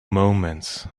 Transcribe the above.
moments